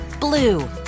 blue